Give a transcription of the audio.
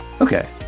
Okay